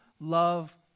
love